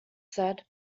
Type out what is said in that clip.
said